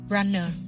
Runner